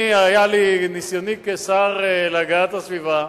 מניסיוני כשר להגנת הסביבה,